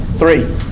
Three